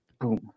Boom